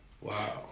Wow